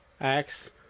axe